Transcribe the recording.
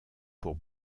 pour